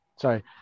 sorry